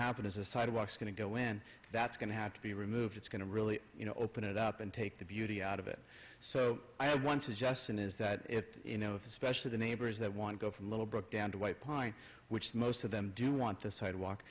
happen is a sidewalk is going to go in that's going to have to be removed it's going to really you know open it up and take the beauty out of it so i once it just in is that if you know if especially the neighbors that want to go from little brook down to white pine which most of them do want the sidewalk